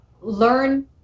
learn